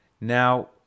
Now